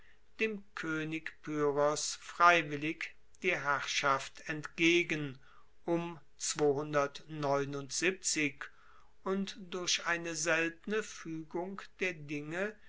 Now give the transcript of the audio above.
dem koenig pyrrhos freiwillig die herrschaft entgegen und durch eine seltene fuegung der dinge